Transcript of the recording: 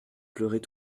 pleurait